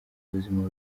ubuzima